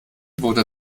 wurde